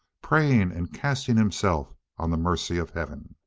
praying and casting himself on the mercy of heaven.